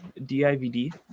DIVD